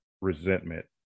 resentment